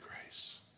grace